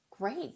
Great